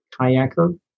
kayaker